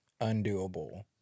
undoable